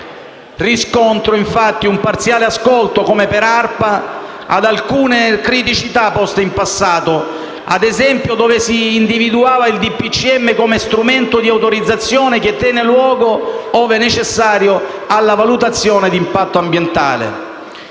Riscontro infatti un parziale ascolto, come per Arpa, ad alcune criticità poste in passato, ad esempio laddove si individuava il DPCM come strumento di autorizzazione che "tiene luogo, ove necessario, della valutazione di impatto ambientale".